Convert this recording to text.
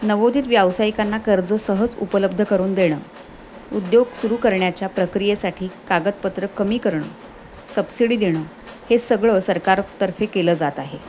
नवोदित व्यावसायिकांना कर्ज सहज उपलब्ध करून देणं उद्योग सुरू करण्याच्या प्रक्रियेसाठी कागदपत्रं कमी करणं सबसिडी देणं हे सगळं सरकारतर्फे केलं जात आहे